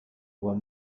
were